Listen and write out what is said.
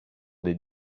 des